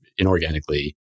inorganically